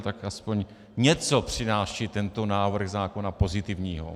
Tak aspoň něco přináší tento návrh zákona pozitivního.